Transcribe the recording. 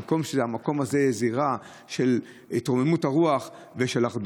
במקום שהמקום הזה יהיה זירה של התרוממות רוח ושל אחדות.